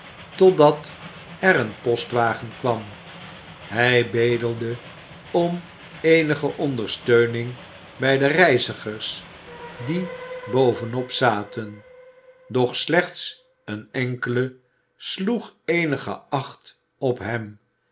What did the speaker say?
totdat er een postwagen kwam hij bedelde om eenige ondersteuning bij de reizigers die bovenop zaten doch slechts een enkele sloeg eenige acht op hem